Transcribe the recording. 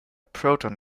proton